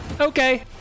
Okay